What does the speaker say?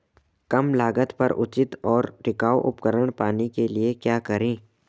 कम लागत पर उचित और टिकाऊ उपकरण पाने के लिए क्या करें?